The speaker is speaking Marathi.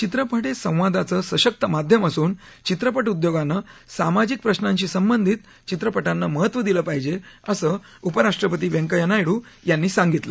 चित्रपट हे संवादाचं सशक्त माध्यम असून चित्रपट उद्योगानं सामाजिक प्रशांशी संबंधित चित्रपटांना महत्त्व दिलं पाहिजे असं उपराष्ट्रपती व्यंकय्या नायडू यांनी सांगितलं